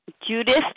Judith